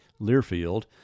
Learfield